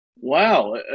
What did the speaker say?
Wow